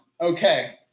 Okay